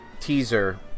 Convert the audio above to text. teaser